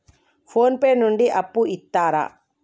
Phone pay నుండి అప్పు ఇత్తరా?